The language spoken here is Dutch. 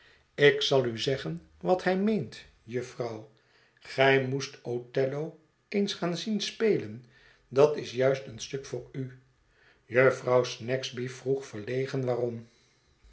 ik zal u zeggen wat hij meent jufvrouw gij moest othello eens gaan zien spelen dat is juist een stuk voor u jufvrouw snagsby vroeg verlegen waarom